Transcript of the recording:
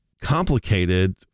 complicated